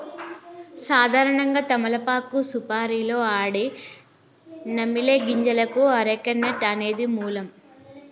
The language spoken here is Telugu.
సాధారణంగా తమలపాకు సుపారీలో ఆడే నమిలే గింజలకు అరెక నట్ అనేది మూలం